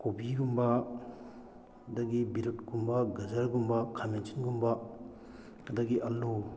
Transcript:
ꯀꯣꯕꯤꯒꯨꯝꯕ ꯑꯗꯒꯤ ꯕꯤꯠꯔꯨꯠꯀꯨꯝꯕ ꯒꯖꯔꯒꯨꯝꯕ ꯈꯥꯃꯦꯟ ꯑꯁꯤꯟꯒꯨꯝꯕ ꯑꯗꯒꯤ ꯑꯂꯨ